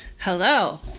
Hello